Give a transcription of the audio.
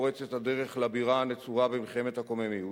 פורץ את הדרך לבירה הנצורה במלחמת הקוממיות,